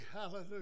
Hallelujah